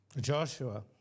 Joshua